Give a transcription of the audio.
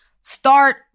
start